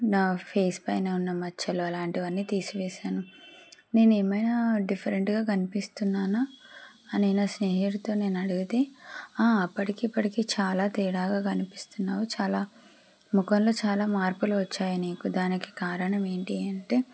నా ఫేస్ పైన ఉన్న మచ్చలు అలాంటివన్నీ తీసివేసాను నేను ఏమైనా డిఫరెంట్గా కనిపిస్తున్నానా అని నా స్నేహితులతో నేను అడిగితే ఆ అప్పటికీప్పటికీ చాలా తేడాగా కనిపిస్తున్నావు చాలా ముఖంలో చాలా మార్పులు వచ్చాయి నీకు దానికి కారణం ఏంటి అంటే